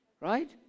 right